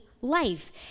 life